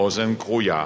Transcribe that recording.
באוזן כרויה,